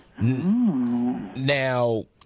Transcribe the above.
Now